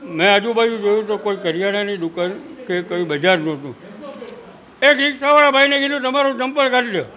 મે આજુબાજુ જોયું તો કોઈ કરિયાણાની દુકાન કે કંઈ બજાર નહોતું એક રિક્ષાવાળા ભાઈને કીધું તમારું ચંપલ કાઢી ધ્યો